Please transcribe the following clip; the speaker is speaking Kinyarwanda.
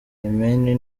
yemeni